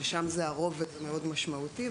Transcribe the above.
שם זה הרובד המאוד משמעותי,